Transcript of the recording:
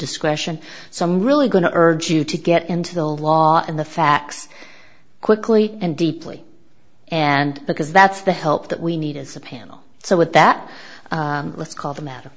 discretion so i'm really going to urge you to get into the law and the facts quickly and deeply and because that's the help that we need as a panel so with that let's call the matter